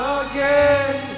again